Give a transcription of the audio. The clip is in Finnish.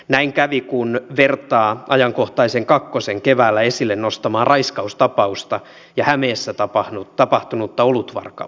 näin kävi kun vertaa ajankohtaisen kakkosen keväällä esille nostamaa raiskaustapausta ja hämeessä tapahtunutta olutvarkautta